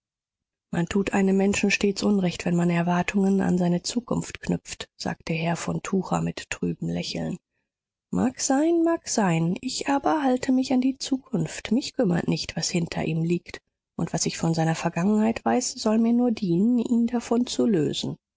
man tut einem menschen stets unrecht wenn man erwartungen an seine zukunft knüpft sagte herr von tucher mit trübem lächeln mag sein mag sein ich aber halte mich an die zukunft mich kümmert nicht was hinter ihm liegt und was ich von seiner vergangenheit weiß soll mir nur dienen ihn davon zu lösen